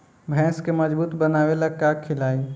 भैंस के मजबूत बनावे ला का खिलाई?